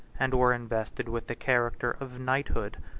and were invested with the character of knighthood.